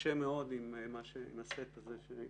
קשה מאוד לעשות את זה עם הסט שהצגנו,